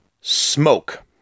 smoke